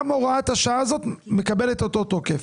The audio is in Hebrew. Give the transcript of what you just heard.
גם הוראת השעה הזאת מקבלת אותו תוקף.